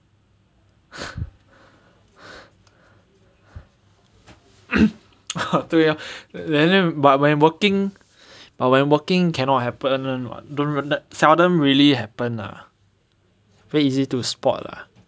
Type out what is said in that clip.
对 lor like that but when working but when working cannot happen [one] [what] don't seldom really happen lah very easy to spot lah